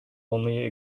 only